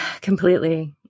completely